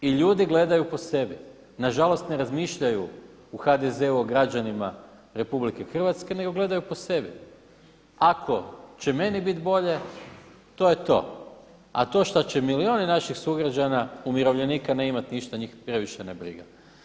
I ljudi gledaju po sebi, nažalost ne razmišljaju u HDZ-u o građanima RH nego gledaju po sebi ako će meni biti bolje, to je to a to što će milijuni naših sugrađana, umirovljenika ne imati ništa njih previše ne briga.